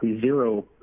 zero